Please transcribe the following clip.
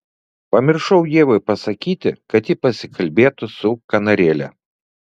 pamiršau ievai pasakyti kad ji pasikalbėtų su kanarėle